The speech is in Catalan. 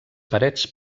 parets